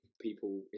people